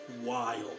wild